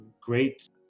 great